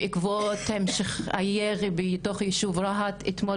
בעקבות המשך הירי בתוך היישוב רהט אתמול,